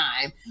time